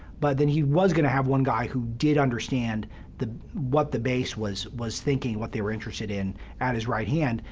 but then he was going to have one guy who did understand what the base was was thinking, what they were interested in at his right hand.